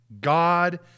God